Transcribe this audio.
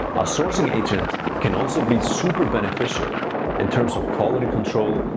a sourcing agent can also be super beneficial in terms of quality control,